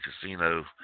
casino